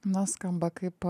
na skamba kaip